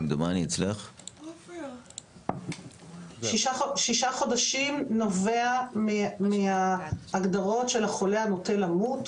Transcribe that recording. אני חושבת ששישה חודשים נובעים מההגדרות של החולה הנוטה למות,